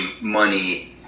money